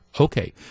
Okay